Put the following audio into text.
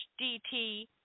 DT